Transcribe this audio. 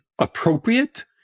appropriate